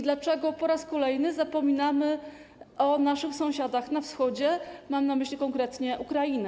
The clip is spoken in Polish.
Dlaczego po raz kolejny zapominamy o naszych sąsiadach na wschodzie, mam na myśli konkretnie Ukrainę.